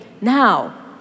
Now